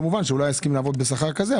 כמובן שהוא לא יסכים לעבוד בשכר כזה,